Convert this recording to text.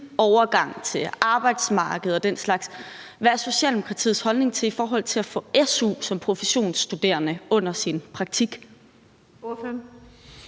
overgang til arbejdsmarkedet og den slags, hvad er Socialdemokratiets holdning så, med hensyn til om man som professionsstuderende skal